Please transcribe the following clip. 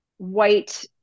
white